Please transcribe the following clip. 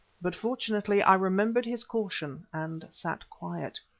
but fortunately i remembered his caution, and sat quiet.